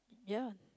ya